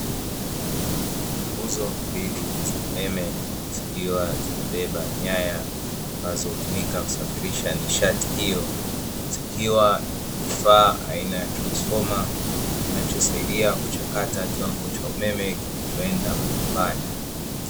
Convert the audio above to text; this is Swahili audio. Nguzo mbili za umeme zikiwa zimebeba nyaya ambazo hutumika kusafirisha nishati hiyo, zikiwa na kifaa aina ya transfoma kinachosaidia kuchakata kiwango cha umeme kinachoenda majumbani.